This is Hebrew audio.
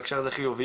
בהקשר הזה חיוביות,